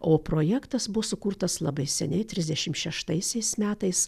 o projektas buvo sukurtas labai seniai trisdešim šeštaisiais metais